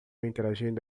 interagindo